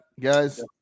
guys